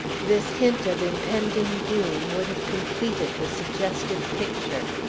this hint of impending doom would have completed the suggestive picture.